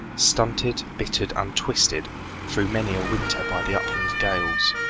stunted, bittered, and twisted through many a winter by the upland gales.